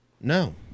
No